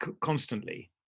constantly